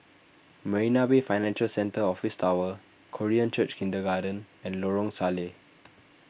Marina Bay Financial Centre Office Tower Korean Church Kindergarten and Lorong Salleh